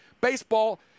baseball